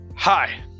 Hi